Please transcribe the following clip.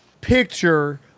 picture